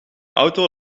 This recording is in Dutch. auto